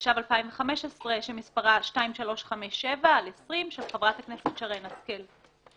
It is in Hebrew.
התשע"ו-2015 שמספרה 2357/20 של חברת הכנסת שרן השכל.